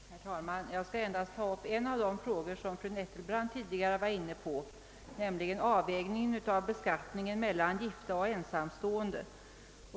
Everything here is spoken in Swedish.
Herr talman! Jag skall endast ta upp en av de frågor som fru Nettelbrandt tidigare berörde, nämligen avvägningen av beskattningen mellan gifta och ensamstående.